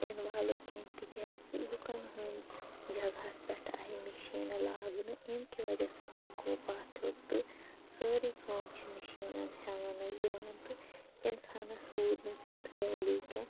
involve کیٚنٛہہ تِکیٛازِ لوٗکَن ہنٛدۍ جگہَس پٮ۪ٹھ آیہِ مِشیٖنہٕ لاگنہٕ اَمہِ کہِ وَجہ سۭتۍ لوٗکو پتھ ہیٛوت تہٕ سٲرٕے کٲم چھِ مِشیٖنَن ہیٚونہٕ یِوان تہٕ اِنسانَس روٗد نہٕ تیٛتھ ویلیٛو کیٚنٛہہ